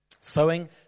Sowing